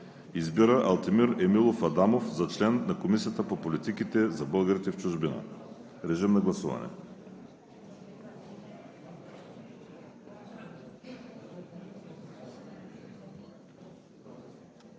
Избира Алтимир Емилов Адамов за член на Комисията по политиките за българите в чужбина.“ Моля, режим на гласуване.